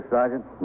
Sergeant